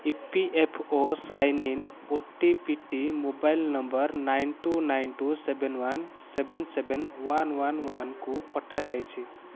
E P F O sign in ଓଟିପିଟି mobile number nine two nine two seven one seven seven one one ୱାନ୍କୁ ପଠାଯାଇଛି